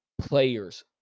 players